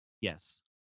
Yes